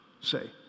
Say